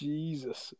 Jesus